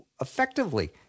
effectively